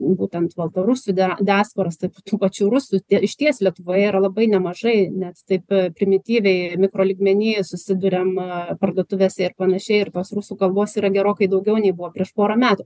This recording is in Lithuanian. būtent baltarusių diasporas taip pat tų pačių rusų išties lietuvoje yra labai nemažai nes taip primityviai mikrolygmeny susiduriam parduotuvėse ir pan ir tos rusų kalbos yra gerokai daugiau nei buvo prieš porą metų